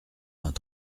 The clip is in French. vingt